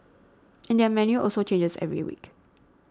and their menu also changes every week